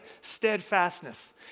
Steadfastness